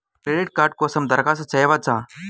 Credit card కోసం దరఖాస్తు చేయవచ్చా?